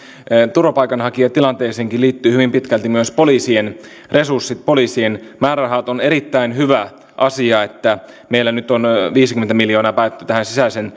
turvapaikanhakijatilanteeseenkin liittyvät hyvin pitkälti myös poliisien resurssit poliisien määrärahat on erittäin hyvä asia että meillä nyt on viisikymmentä miljoonaa päätetty tähän sisäisen